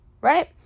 right